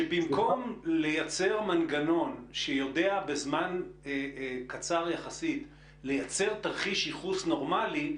שבמקום לייצר מנגנון שיודע בזמן קצר יחסית לייצר תרחיש ייחוס נורמלי,